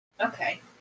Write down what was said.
Okay